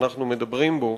שאנחנו מדברים בו,